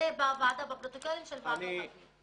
זה בפרוטוקולים של ועדת הפנים.